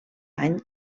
any